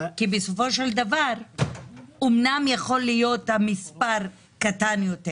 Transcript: בסופו של דבר אמנם יכול להיות מספר קטן יותר